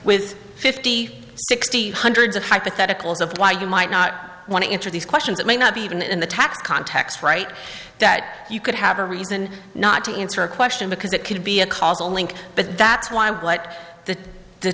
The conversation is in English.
with fifty sixty hundreds of hypotheticals of why you might not want to enter these questions that may not be even in the tax context right that you could have a reason not to answer a question because it could be a causal link but that's why what the